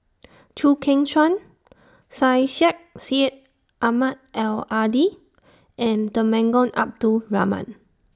Chew Kheng Chuan Syed Sheikh Syed Ahmad Al Hadi and Temenggong Abdul Rahman